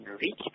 reach